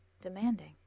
demanding